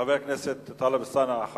חבר הכנסת טלב אלסאנע,